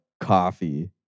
coffee